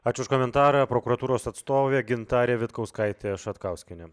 ačiū už komentarą prokuratūros atstovė gintarė vitkauskaitė šatkauskienė